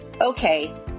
Okay